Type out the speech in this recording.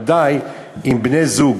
ודאי אם בני-זוג